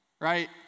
right